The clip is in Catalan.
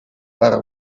per